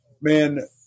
man